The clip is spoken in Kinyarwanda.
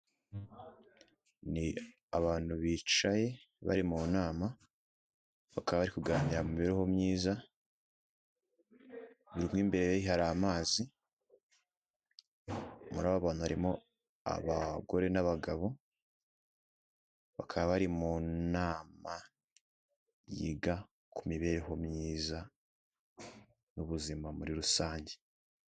Ni abantu bicaye bari mu nama bakaba kuganira mu mibereho myiza mu imbere hari amazi, muri abo bantu harimo abagore n'abagabo bakaba bari mu nama yiga ku mibereho myiza n'ubuzima muri rusange.